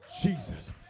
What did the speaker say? Jesus